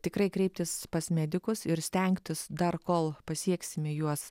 tikrai kreiptis pas medikus ir stengtis dar kol pasieksime juos